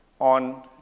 on